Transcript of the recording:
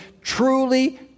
Truly